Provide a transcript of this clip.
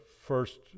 first